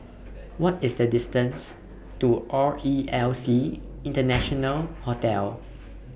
What IS The distance to RELC International Hotel